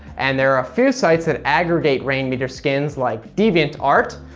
and there are a few sites that aggregate rainmeter skins like deviantart,